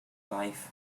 life